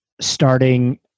starting